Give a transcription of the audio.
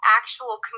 actual